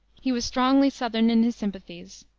he was strongly southern in his sympathies,